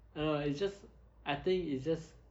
uh it's just I think it's just